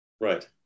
Right